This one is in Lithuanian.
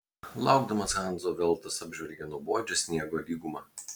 laukdamas hanso veltas apžvelgė nuobodžią sniego lygumą